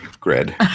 grid